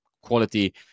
quality